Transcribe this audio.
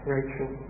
Rachel